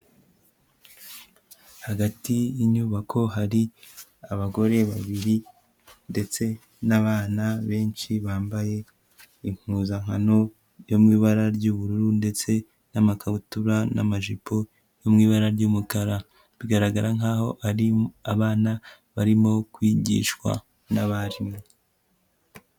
Hagati y'inyubako hari abagore babiri ndetse n'abana benshi bambaye impuzankano yo mu ibara ry'ubururu ndetse n'amakabutura n'amajipo yo mu ibara ry'umukara, bigaragara nkaho ari abana barimo kwigishwa n'abarimu.